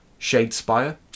Shadespire